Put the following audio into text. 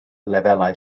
lefelau